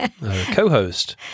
co-host